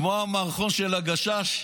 כמו המערכון של הגשש,